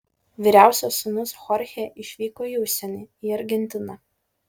vyriausias sūnus chorchė išvyko į užsienį į argentiną